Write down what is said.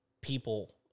people